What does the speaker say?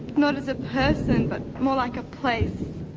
not as a person but more like a place,